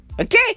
Okay